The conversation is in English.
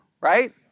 right